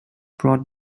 brought